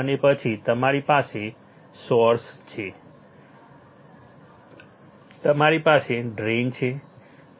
અને પછી તમારી પાસે સોર્સ છે તમારી પાસે ડ્રેઇન છે